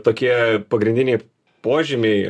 tokie pagrindiniai požymiai